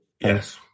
Yes